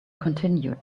continued